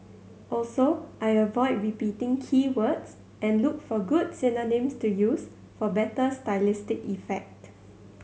also I avoid repeating key words and look for good synonyms to use for better stylistic effect